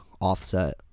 offset